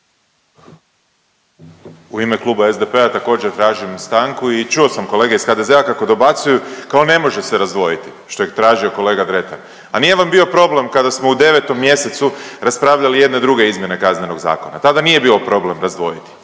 U ime Kluba SDP-a također tražim stanku i čuo sam kolege iz HDZ-a kako dobacuju kao ne može se razdvojiti, što je tražio kolega Dretar. A nije vam bio problem kada smo u 9. mjesecu raspravljali jedne druge izmjene Kaznenog zakona? Tada nije bio problem razdvojiti,